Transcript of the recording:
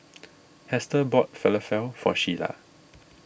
Hester bought Falafel for Shiela